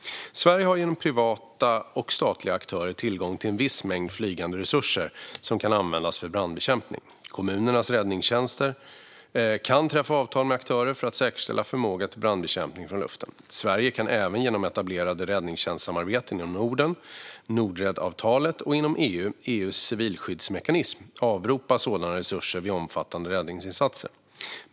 Sverige har genom privata och statliga aktörer tillgång till en viss mängd flygande resurser som kan användas för brandbekämpning. Kommunernas räddningstjänster kan träffa avtal med aktörerna för att säkerställa förmåga till brandbekämpning från luften. Sverige kan även genom etablerade räddningstjänstsamarbeten inom Norden, Nordred-avtalet, och inom EU, EU:s civilskyddsmekanism, avropa sådana resurser vid omfattande räddningsinsatser.